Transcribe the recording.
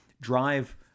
drive